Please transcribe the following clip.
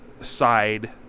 side